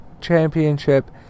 championship